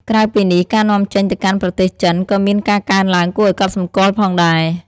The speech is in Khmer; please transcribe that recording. ក្រៅពីនេះ ការនាំចេញទៅកាន់ប្រទេសចិនក៏មានការកើនឡើងគួរឲ្យកត់សម្គាល់ផងដែរ។